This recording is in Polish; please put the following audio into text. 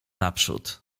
naprzód